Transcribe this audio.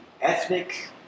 ethnic